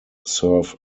serf